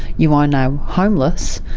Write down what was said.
you are now homeless.